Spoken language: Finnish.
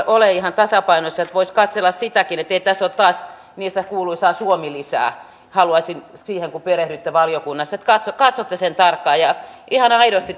ole ihan tasapainossa että voisi katsella sitäkin ettei tässä ole taas sitä kuuluisaa suomi lisää haluaisin että kun siihen perehdytte valiokunnassa katsotte katsotte sen tarkkaan ihan aidosti